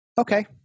Okay